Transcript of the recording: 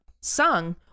sung